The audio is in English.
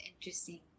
interesting